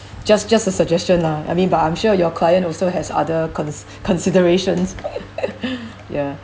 just just a suggestion lah I mean but I'm sure your client also has other cons~ considerations yeah